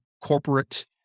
corporate